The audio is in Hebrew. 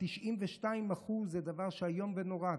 92%, זה דבר איום ונורא.